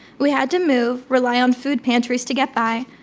we had to move, rely on food pantries to get by,